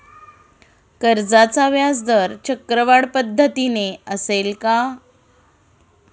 कर्जाचा व्याजदर चक्रवाढ पद्धतीने असेल का?